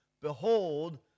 Behold